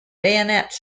bayonet